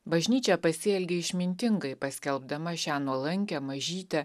bažnyčia pasielgė išmintingai paskelbdama šią nuolankią mažytę